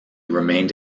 remained